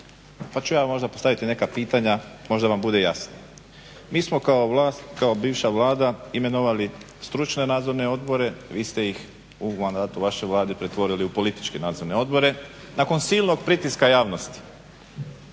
Pa ću ja možda postaviti neka pitanja, možda vam bude jasnije. Mi smo kao vlast, kao bivša Vlada imenovali stručne nadzorne odbore, vi ste ih u mandatu vaše Vlade pretvorili u političke nadzorne odbore, nakon silnog pritiska javnost.